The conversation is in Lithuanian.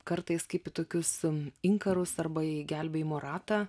kartais kaip į tokius inkarus arba į gelbėjimo ratą